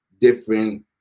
different